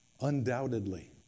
undoubtedly